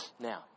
Now